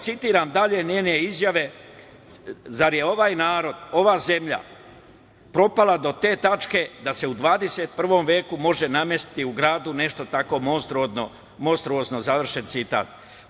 Citiram dalje njene izjave – zar je ovaj narod, ova zemlja propala do te tačke da se u 21. veku može namestiti u gradu nešto tako monstruozno, završen citat.